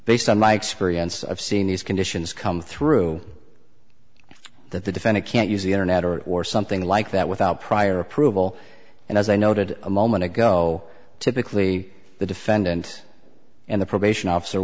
based on my experience of seeing these conditions come through that the defendant can't use the internet or or something like that without prior approval and as i noted a moment ago typically the defendant and the probation officer